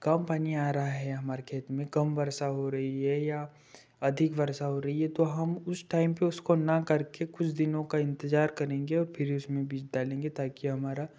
कम पानी आ रहा है हमारे खेत में कम वर्षा हो रही है या अधिक वर्षा हो रही है तो हम उस टाइम पे उसको ना करके कुछ दिनों का इंतज़ार करेंगे और फिर उसमें बीज डालेंगे ताकि हमारा